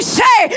say